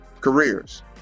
careers